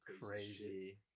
crazy